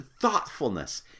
thoughtfulness